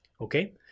okay